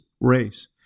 race